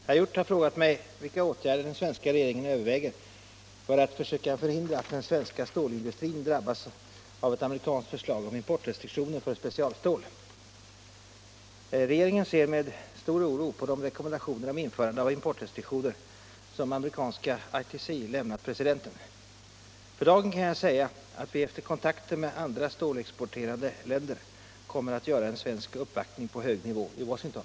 Herr talman! Herr Hjorth har frågat mig vilka åtgärder den svenska regeringen överväger för att försöka förhindra att den svenska stålindustrin drabbas av ett amerikanskt förslag om importrestriktioner för specialstål. Regeringen ser med stor oro på de rekommendationer om införande av importrestriktioner som amerikanska ITC lämnat till presidenten. För dagen kan jag säga att vi efter kontakter med andra stålexporterande länder kommer att göra en svensk uppvaktning på hög nivå i Washington.